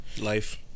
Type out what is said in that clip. Life